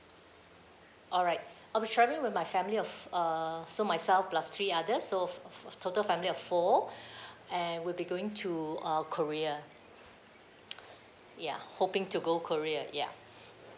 alright I'll be travelling with my family of uh so myself plus three others so f~ f~ total family of four and we'll be going to uh korea ya hoping to go korea ya